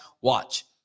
watch